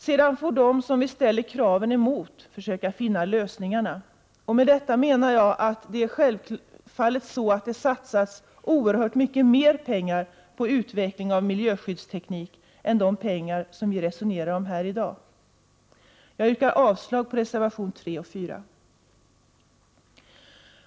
Sedan får de vi ställer kraven på finna lösningarna. Med detta menar jag att det självfallet satsas oerhört mycket mer pengar på utveckling av miljöskyddsteknik än de pengar som vi resonerar om här i dag. Jag yrkar avslag på reservationerna 3 och 4.